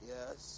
Yes